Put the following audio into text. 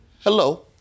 Hello